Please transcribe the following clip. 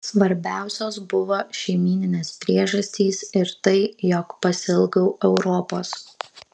svarbiausios buvo šeimyninės priežastys ir tai jog pasiilgau europos